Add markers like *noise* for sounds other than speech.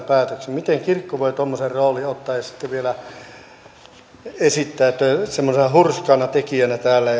miten kirkko voi tuommoisen roolin ottaa ja sitten vielä esittäytyä semmoisena hurskaana tekijänä täällä *unintelligible*